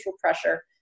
pressure